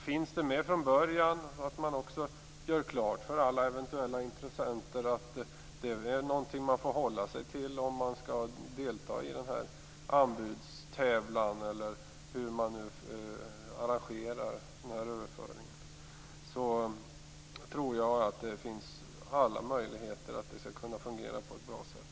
Finns den med från början, och gör man också klart för alla eventuella intressenter att detta är något de får hålla sig till om de skall delta i anbudstävlan - eller hur man nu arrangerar överföringen - tror jag att det finns alla möjligheter att detta skall fungera på ett bra sätt.